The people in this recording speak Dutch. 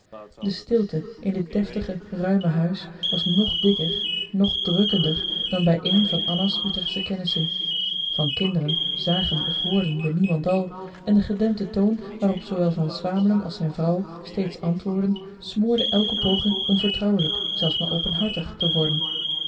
de stilte in dit deftige ruime huis was nog dikker nog drukkender dan bij een van anna's utrechtsche kennissen van kinderen zagen of hoorden we niemendal en de gedempte toon waarop zoowel van swamelen als zijn vrouw steeds antwoordden smoorde elke poging om vertrouwelijk zelfs maar openhartig te worden